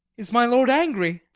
is my lord angry?